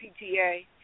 PTA